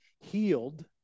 healed